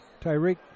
Tyreek